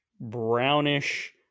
brownish